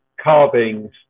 carvings